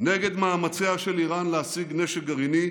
נגד מאמציה של איראן להשיג נשק גרעיני,